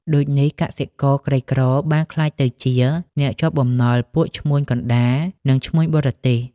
ដូចនេះ កសិករក្រីក្របានក្លាយទៅជាអ្នកជាប់បំណុលពួកឈ្មួញកណ្ដាល និងឈ្មួញបរទេស។